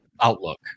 outlook